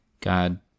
God